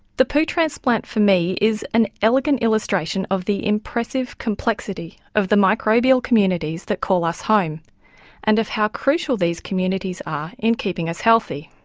the poo transplant for me is an elegant illustration of the impressive complexity of the microbial communities that call us home and of how crucial these communities are in keeping us healthy.